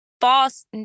false